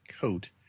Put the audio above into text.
coat